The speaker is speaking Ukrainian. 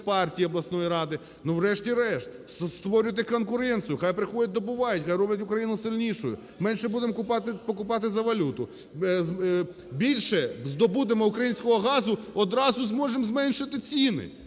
партії обласної ради. Врешті-решт, створюйте конкуренцію, нехай приходять, добувають, нехай роблять Україну сильнішою. Менше будемо купувати за валюту. Більше здобудемо українського газу, одразу зможемо зменшити ціни.